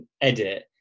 edit